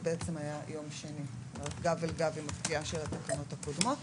יום שני גב אל גב עם הפקיעה של התקנות הקודמות.